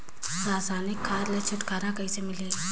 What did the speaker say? रसायनिक खाद ले छुटकारा कइसे मिलही?